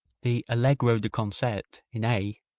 the allegro de concert in a,